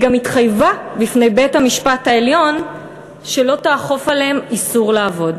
והיא גם התחייבה בפני בית-המשפט העליון שלא תאכוף עליהם איסור לעבוד.